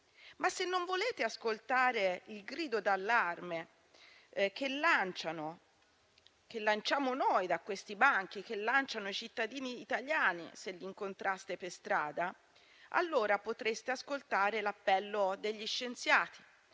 ma se non volete ascoltare il grido d'allarme che lanciamo noi da questi banchi e che lanciano i cittadini italiani, se li incontraste per strada, allora potreste ascoltare l'appello degli scienziati,